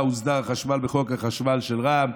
שלה הוסדר החשמל בחוק החשמל של רע"ם,